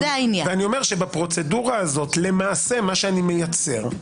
אני אומר שבפרוצדורה הזאת למעשה מה שאני מייצר,